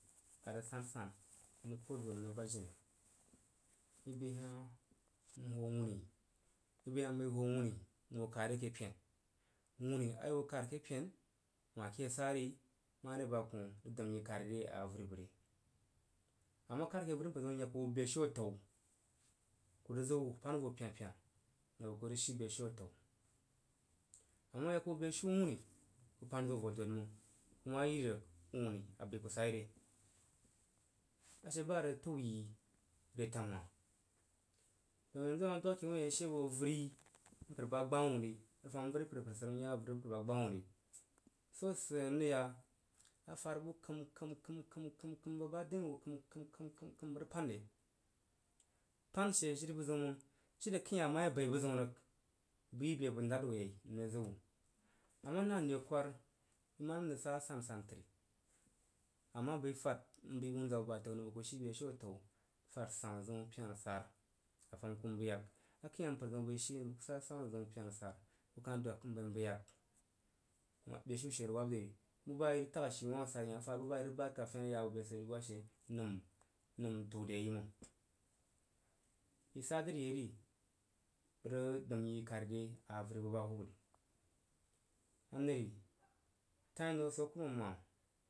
I rig pu’u ndu n rig bad jini i bəi hah n hoo uuni i bəi hah n bəi hoo wuni n hoo kad re ke pini wuni a i hoo kad ke pen wah ke sari mare ane rig dəm yi kar re ke avəri bəgri. A ma kad ke avəri mpər zəun ri n yok ku bəg beshiu a tao ku rig zig wuh ku pan wu bəg vo pena pina nəng bəg ku rig shi beshiu a tao a ma ya ku bəg beshiu wuni ku pan zig wu vo dod məng ku ma yi rig wuni a bəi ku sai re. A she ba rig fəu yi re tam hoh. Daun yanzu a ma dwag ke wuin a ye she bo avərimpər ba gbawuh ri, i rig fam avəri m pər apər síri mu u ya bo avəri mpər ba gbah wuh ri, swo a sid sid n rig ya afarbu kəm kəm kəm bəg ba a dəin wu bəg rig pan re bəg pan she jiri buzəun məng jiri a kəin hah a ma ye baei buzəun rig bəg rig yi be abəg nad wo yei n rig zig wuh. Ama nan re kwar i ma nəm rig sa asasan təri a ma bəi fad, n bəi wunza’a wuh bəg atao nəm nəng bəg ku rig shi beshiu ataw fad sanu zəun, pena, sara a fum ku n bəi yak akəin hah mpər zəun bəi shi n sa sanu zəun, pena, sara n kah dwag n bəi yak. Beshiu she rig wab re yi. Bu ba i rig tag ashi wah sai hah, afarbu ba i rig bad kafen i ya bo be bu ba she nəm təu re yi məny. I sa dri ye ri bəg rig dəm yi kari re a vəri bu ba hub mən re yi.